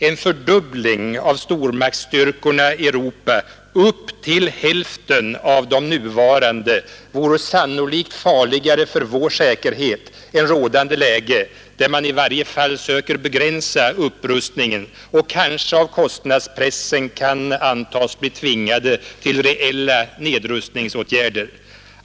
En fördubbling av stormaktsstyrkorna i Europa upp till hälften av de nuvarande vore sannolikt farligare för vår säkerhet än rådande läge, där man i varje fall söker begränsa upprustningen och kanske av kostnadspressen kan antas bli tvingad till reella nedrustningsåtgärder.